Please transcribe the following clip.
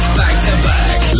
back-to-back